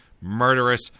murderous